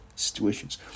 Situations